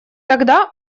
тогда